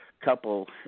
couple